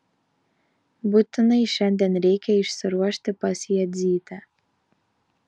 būtinai šiandien reikia išsiruošti pas jadzytę